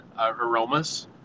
Aromas